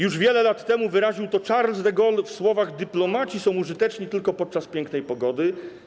Już wiele lat temu wyraził to Charles de Gaulle w słowach: Dyplomaci są użyteczni tylko podczas pięknej pogody.